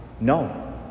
No